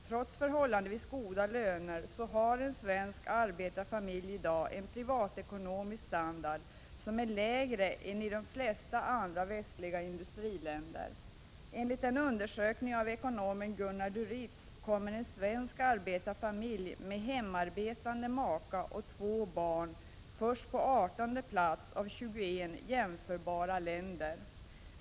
Trots förhållandevis goda löner har en svensk arbetarfamilj i dag en privatekonomisk standard som är lägre än standarden för samma kategori i de flesta andra västliga industriländer. Enligt en undersökning av ekonomen Gunnar du Rietz kommer en svensk arbetarfamilj med hemarbetande maka och två barn först på artonde plats bland motsvarande familjer i 21 jämförbara länder.